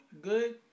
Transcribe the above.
good